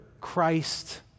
Christ